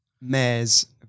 mares